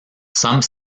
some